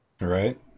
Right